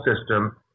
system